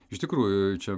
iš tikrųjų čia